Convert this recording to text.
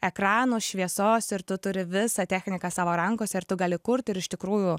ekranų šviesos ir tu turi visą techniką savo rankose ir tu gali kurt ir iš tikrųjų